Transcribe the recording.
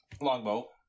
Longbow